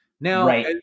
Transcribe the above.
Now